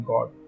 God